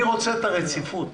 אני רוצה את הרציפות,